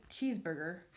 cheeseburger